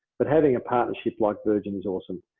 but having a partnership like virgin is awesome.